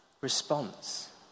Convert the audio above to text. response